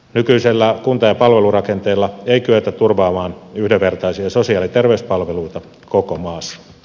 nykyisellä kunta ja palvelurakenteella ei kyetä turvaamaan yhdenvertaisia sosiaali ja terveyspalveluita koko maassa